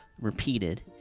repeated